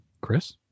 Chris